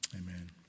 Amen